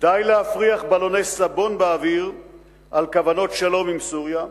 די להפריח בלוני סבון באוויר על כוונות שלום עם סוריה,